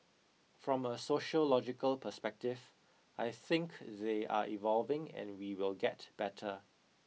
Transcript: from a sociological perspective I think they are evolving and we will get better